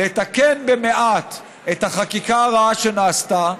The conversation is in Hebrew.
לתקן במעט את החקיקה הרעה שנעשתה,